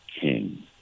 king